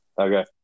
Okay